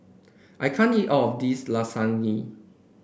I can't eat all of this Lasagne